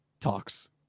Talks